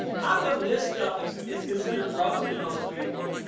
how come this stuff is considered gross to most people.